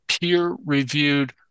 peer-reviewed